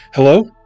Hello